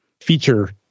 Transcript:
feature